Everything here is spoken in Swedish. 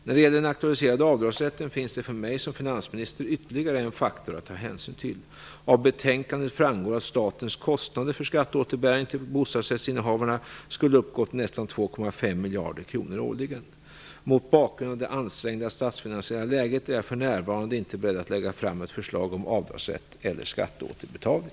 När det gäller den aktualiserade avdragsrätten finns det för mig som finansminister ytterligare en faktor att ta hänsyn till. Av betänkandet framgår att statens kostnader för skatteåterbäringen till bostadsrättsinnehavarna skulle uppgå till nästan 2,5 miljarder kronor årligen. Mot bakgrund av det ansträngda statsfinansiella läget är jag för närvarande inte beredd att lägga fram ett förslag om avdragsrätt eller skatteåterbetalning.